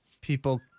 people